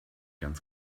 ganz